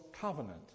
covenant